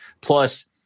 Plus